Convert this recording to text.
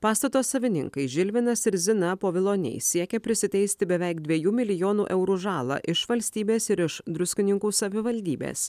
pastato savininkai žilvinas ir zina poviloniai siekia prisiteisti beveik dviejų milijonų eurų žalą iš valstybės ir iš druskininkų savivaldybės